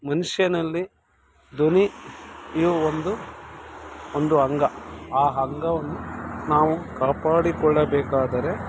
ಮನುಷ್ಯನಲ್ಲಿ ಧ್ವನಿಯು ಒಂದು ಒಂದು ಅಂಗ ಆ ಅಂಗವನ್ನು ನಾವು ಕಾಪಾಡಿಕೊಳ್ಳಬೇಕಾದರೆ